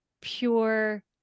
pure